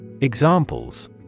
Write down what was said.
Examples